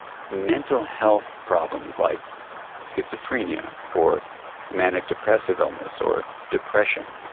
mental health problems like schizophrenia or manic depressive illness or depression,